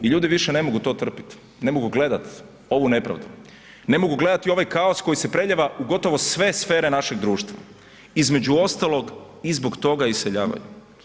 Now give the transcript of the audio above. I ljudi više ne mogu to trpjeti, ne mogu gledati ovu nepravdu, ne mogu gledati ovaj kaos koji se prelijeva u gotovo sve sfere našeg društva, između ostalog i zbog toga iseljavaju.